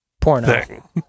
Porno